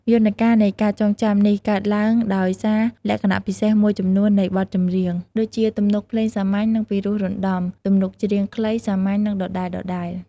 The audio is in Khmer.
យន្តការនៃការចងចាំនេះកើតឡើងដោយសារលក្ខណៈពិសេសមួយចំនួននៃបទចម្រៀង ដូចជាទំនុកភ្លេងសាមញ្ញ និងពិរោះរណ្ដំ ទំនុកច្រៀងខ្លី សាមញ្ញ និងដដែលៗ។